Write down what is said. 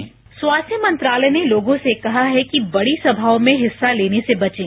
bite स्वास्थ्य मंत्रालय ने लोगों से कहा है कि बड़ी सभाओं में हिस्सा लेने से बचें